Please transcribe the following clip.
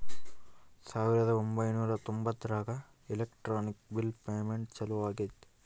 ಸಾವಿರದ ಒಂಬೈನೂರ ತೊಂಬತ್ತರಾಗ ಎಲೆಕ್ಟ್ರಾನಿಕ್ ಬಿಲ್ ಪೇಮೆಂಟ್ ಚಾಲೂ ಆಗೈತೆ